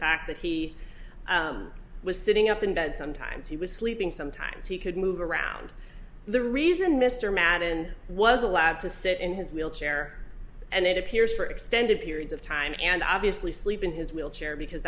fact that he was sitting up in bed sometimes he was sleeping sometimes he could move around the reason mr madden was allowed to sit in his wheelchair and it appears for extended periods of time and obviously sleep in his wheelchair because